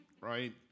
right